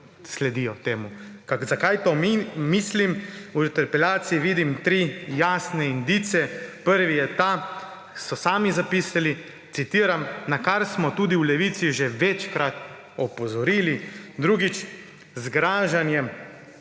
sledijo temu. Zakaj to mislim? V interpelaciji vidim tri jasne indice. Prvi je ta, so sami zapisali, citiram: »Na kar smo tudi v Levici že večkrat opozorili.« Drugič, z zgražanjem